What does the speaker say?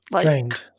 Drained